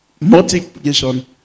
Multiplication